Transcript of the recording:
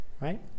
right